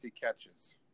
catches